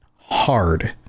hard